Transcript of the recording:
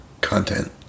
content